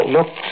Look